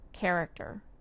character